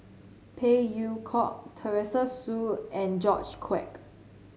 Phey Yew Kok Teresa Hsu and George Quek